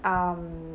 um